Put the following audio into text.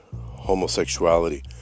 homosexuality